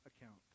account